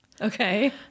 Okay